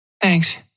Thanks